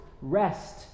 rest